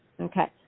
Okay